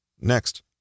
Next